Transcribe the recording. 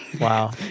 Wow